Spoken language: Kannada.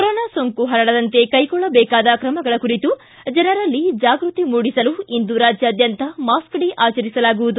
ಕೊರೊನಾ ಸೋಂಕು ಹರಡದಂತೆ ಕೈಗೊಳ್ಟಬೇಕಾದ ಕ್ರಮಗಳ ಕುರಿತು ಜನರಲ್ಲಿ ಜಾಗ್ಟತಿ ಮೂಡಿಸಲು ಇಂದು ರಾಜ್ಯಾದ್ಯಂತ ಮಾಸ್ಕ್ ಡೇ ಆಚರಿಸಲಾಗುವುದು